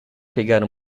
pegar